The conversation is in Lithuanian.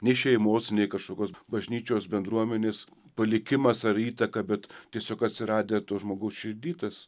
nei šeimos nei kažkokios bažnyčios bendruomenės palikimas ar įtaka bet tiesiog atsiradę to žmogaus širdy tas